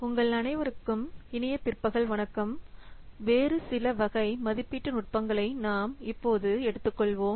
உங்கள் அனைவருக்கும் இனிய பிற்பகல் வணக்கம் வேறு சில வகை மதிப்பீட்டு நுட்பங்களை நாம் இப்போது எடுத்துக்கொள்வோம்